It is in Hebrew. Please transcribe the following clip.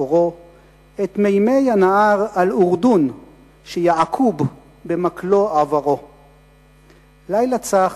אורו/ את מימי הנהר אל-אורדון/ שיעקוב במקלו עברו.// לילה צח.